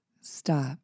stop